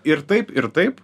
ir taip ir taip